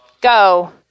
go